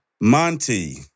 Monty